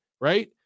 right